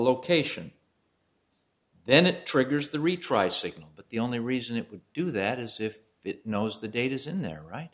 location then it triggers the retry signal but the only reason it would do that is if it knows the data isn't there right